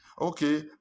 Okay